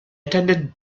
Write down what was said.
attended